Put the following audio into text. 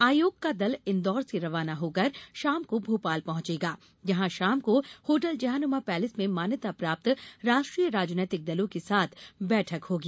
आयोग का दल इंदौर से रवाना होकर शाम को भोपाल पहुंचेगा जहां शाम को होटल जहांनुमा पैलेस में मान्यता प्राप्त राष्ट्रीय राजनीतिक दलों के साथ बैठक होगी